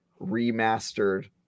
remastered